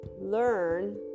learn